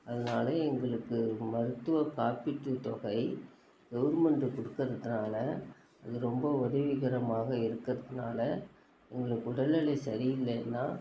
அதனால எங்களுக்கு மருத்துவ காப்பீட்டு தொகை கவர்மெண்ட்டு கொடுக்கறதுனால எனக்கு ரொம்ப உதவிகரமாக இருக்கிறதுனால எங்களுக்கு உடல்நிலை சரியில்லைன்னால்